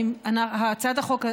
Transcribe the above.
הצעת החוק,